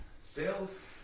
Sales